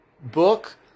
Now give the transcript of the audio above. book